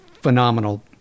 phenomenal